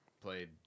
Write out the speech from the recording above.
played